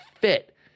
fit